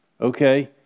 okay